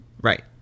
Right